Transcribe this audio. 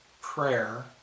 prayer